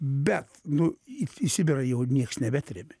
bet nu į į sibirą jau nieks nebetrėmė